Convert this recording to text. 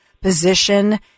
position